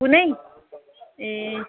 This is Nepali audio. कुनै ए